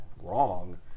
wrong